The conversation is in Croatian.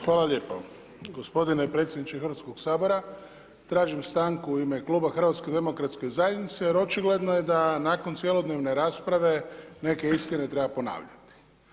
Hvala lijepo, gospodine predsjedničke Hrvatskog sabora tražim stanku u ime Kluba HDZ-a jer očigledno je da nakon cjelodnevne rasprave neke istine treba ponavljati.